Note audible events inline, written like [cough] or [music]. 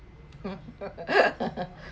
[laughs]